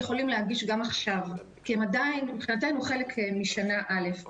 יכולים להגיש גם עכשיו כי מבחינתנו הם עדיין חלק משנה א'.